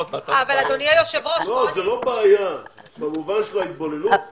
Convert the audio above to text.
לא, זו לא בעיה, במובן של ההתבוללות.